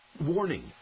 warning